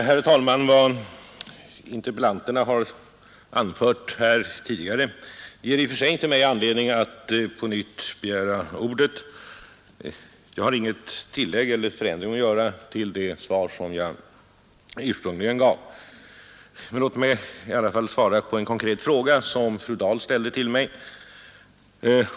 Herr talman! Vad interpellanterna anför ger mig i och för sig inte anledning att på nytt begära ordet. Jag har inte något tillägg eller någon förändring att göra. Men låt mig i alla fall svara på en konkret fråga som fru Dahl ställde till mig.